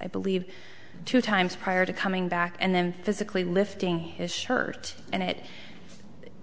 i believe two times prior to coming back and then physically lifting his shirt and it